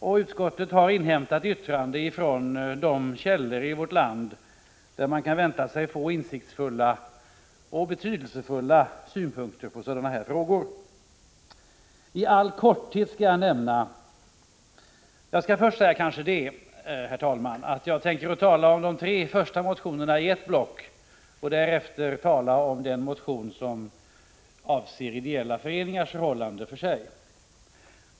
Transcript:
Utskottet har inhämtat yttranden från de källor i vårt land där man kan vänta sig få insiktsfulla och betydelsefulla synpunkter på sådana här frågor. Jag tänker först, herr talman, tala om de tre första motionerna i ett block och därefter beröra den motion som avser ideella föreningars förhållande för sig.